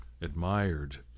admired